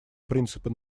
принципы